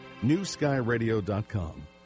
Newskyradio.com